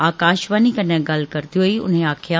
आकाशवाणी कन्नै गल्ल करदे होई उनें आक्खेआ